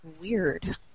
weird